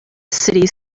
city